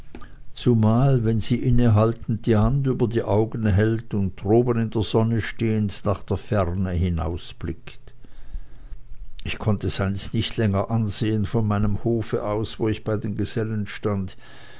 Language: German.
zumal wenn sie innehaltend die hand über die augen hält und droben in der sonne stehend nach der ferne hinausblickt ich konnt es einst nicht länger ansehen von meinem hofe aus wo ich bei den gesellen stand